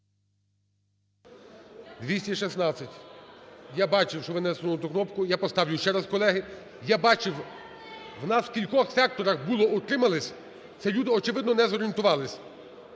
За-216 Я бачив, що ви натиснули не ту кнопку. Я поставлю ще раз, колеги. Я бачив… У нас у кількох секторах було "утримались", це люди, очевидно, не зорієнтувались.